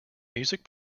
music